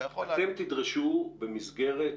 אתם תדרשו במסגרת